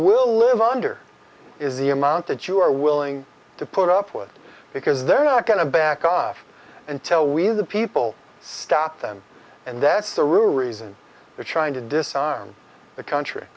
will live under is the amount that you are willing to put up with because they're not going to back off until we the people stop them and that's the rule reason we're trying to decide on the country